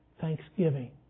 thanksgiving